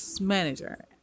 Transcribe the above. manager